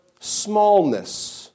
smallness